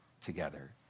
together